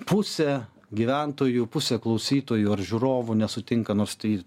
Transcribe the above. pusė gyventojų pusė klausytojų ar žiūrovų nesutinka nors tai